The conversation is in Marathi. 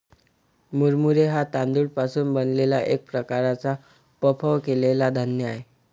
मुरमुरे हा तांदूळ पासून बनलेला एक प्रकारचा पफ केलेला धान्य आहे